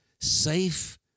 safe